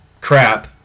crap